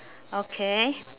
okay